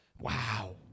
Wow